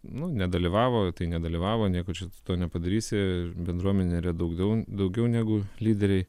nu nedalyvavo tai nedalyvavo nieko čia to nepadarysi bendruomenė yra daugiau daugiau negu lyderiai